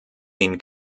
den